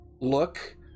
look